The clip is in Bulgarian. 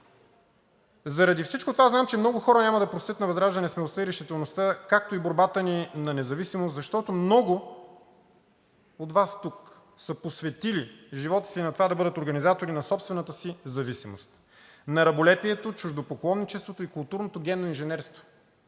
Заради всичко това знам, че много хора няма да простят на ВЪЗРАЖДАНЕ смелостта и решителността, както и борбата ни за независимост, защото много от Вас тук са посветили живота си на това да бъдат организатори на собствената си зависимост, на раболепието, чуждопоклонничеството и културното генно инженерство,